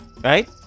Right